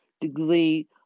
degree